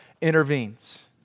intervenes